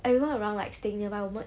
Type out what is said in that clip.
everyone around like staying nearby 我们